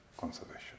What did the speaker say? conservation